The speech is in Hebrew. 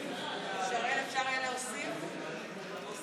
ההצעה להעביר את הצעת חוק הביטוח הלאומי (תיקון,